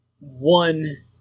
one